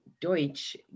Deutsch